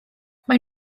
maen